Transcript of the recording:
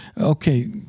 okay